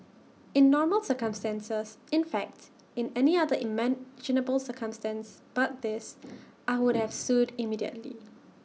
in normal circumstances in fact in any other imaginable circumstance but this I would have sued immediately